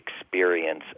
experience